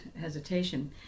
hesitation